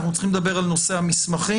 אנחנו צריכים לדבר על נושא המסמכים,